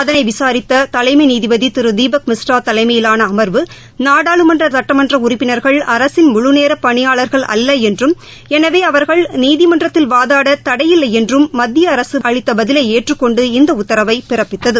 அதனை விசாரித்த தலைமை நீதிபதி திரு தீபக் மிஸ்ரா தலைமையிலான அமா்வு நாடாளுமன்ற சட்டமன்ற உறுப்பினர்கள் அரசின் முழுநேர பணியாளர்கள் அல்ல என்றும் எனவே அவர்கள் நீதிமன்றத்தில் வாதாட தடையில்லை என்றும் மத்திய அரசு அளித்த பதிலை ஏற்றுக் கொண்டு இந்த உத்தரவை பிறப்பித்தது